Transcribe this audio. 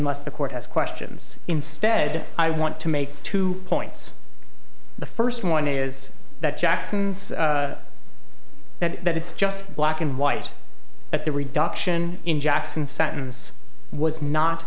the court has questions instead i want to make two points the first one is that jackson's that that it's just black and white at the reduction in jackson sentence was not